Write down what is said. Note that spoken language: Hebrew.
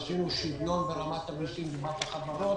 עשינו שוויון ברמת האנשים וברמת החברות,